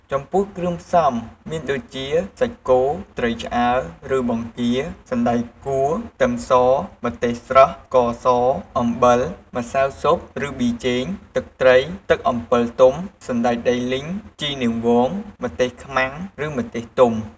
ចំពោះគ្រឿងផ្សំមានដូចជាសាច់គោ ត្រីឆ្អើរ ឬបង្គា សណ្ដែកគួរ ខ្ទឹមស ម្ទេសស្រស់ ស្ករស អំបិល ម្សៅស៊ុបឬប៊ីចេង ទឹកត្រី ទឹកអំពិលទុំ សណ្ដែកដីលីង ជីនាងវង ម្ទេសខ្មាំងឬម្ទេសទុំ។